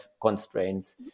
constraints